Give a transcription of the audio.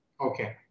Okay